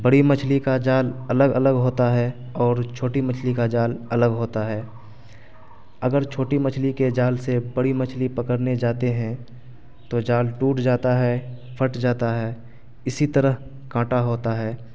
بڑی مچھلی کا جال الگ الگ ہوتا ہے اور چھوٹی مچھلی کا جال الگ ہوتا ہے اگر چھوٹی مچھلی کے جال سے بڑی مچھلی پکڑنے جاتے ہیں تو جال ٹوٹ جاتا ہے پھٹ جاتا ہے اسی طرح کانٹا ہوتا ہے